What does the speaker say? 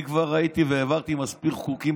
אני כבר ראיתי והעברתי מספיק חוקים